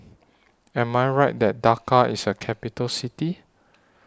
Am I Right that Dhaka IS A Capital City